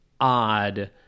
odd